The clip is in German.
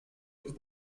und